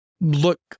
look